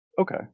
Okay